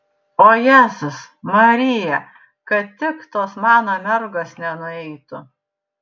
o jėzus marija kad tik tos mano mergos nenueitų